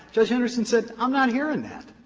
judge henderson said, i'm not hearing that.